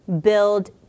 build